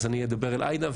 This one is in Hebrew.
אז אני אדבר לעאידה,